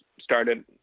started